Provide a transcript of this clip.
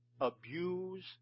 abuse